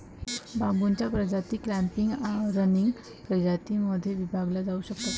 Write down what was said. बांबूच्या प्रजाती clumping, running प्रजातीं मध्ये विभागल्या जाऊ शकतात